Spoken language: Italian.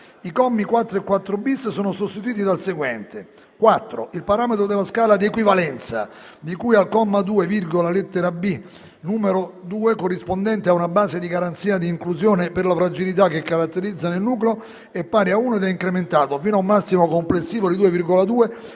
i commi 4 e 4-*bis* sono sostituiti dal seguente: «4. Il parametro della scala di equivalenza, di cui al comma 2, lettera b), numero 2), corrispondente a una base di garanzia di inclusione per le fragilità che caratterizzano il nucleo, è pari a 1 ed è incrementato, fino a un massimo complessivo di 2,2,